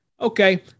okay